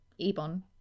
Ebon